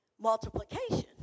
multiplication